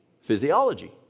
Physiology